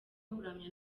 kuramya